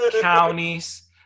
counties